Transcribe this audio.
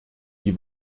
die